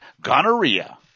gonorrhea